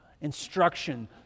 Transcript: instruction